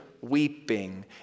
weeping